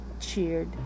cheered